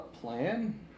plan